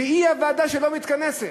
והיא הוועדה שלא מתכנסת.